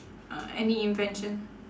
uh any invention